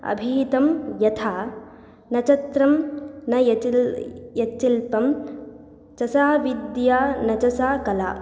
अभिहितं यथा न चत्रं न यचिल् यत्शिल्पं च सा विद्या न च सा कला